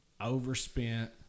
overspent